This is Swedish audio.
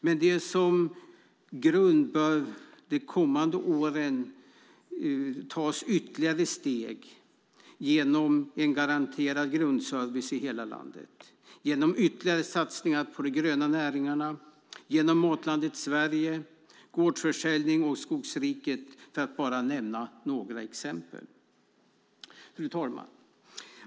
Med det som grund bör de kommande åren tas ytterligare steg genom en garanterad grundservice i hela landet, genom ytterligare satsningar på de gröna näringarna, genom Matlandet Sverige, gårdsförsäljning och Skogsriket, för att nämna några exempel. Fru talman!